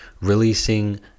releasing